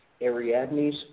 Ariadne's